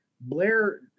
blair